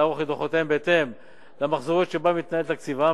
לערוך את דוחותיהם בהתאם למחזוריות שבה מתנהל תקציבם,